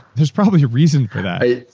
there's probably a reason for that dave,